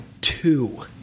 two